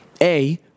A-